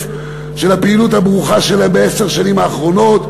של הפעילות הברוכה שלהם בעשר השנים האחרונות,